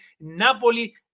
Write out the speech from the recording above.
Napoli